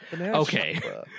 okay